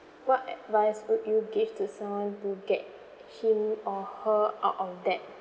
what advice would you give to someone to get him or her out of debt